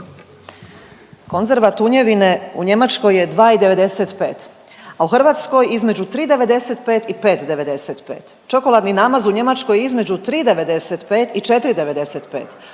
Konzerva tunjevine u Njemačkoj je 2 i 95, a u Hrvatskoj između 3,95 i 5,95. Čokoladni namaz u Njemačkoj je između 3,95 i 4,95,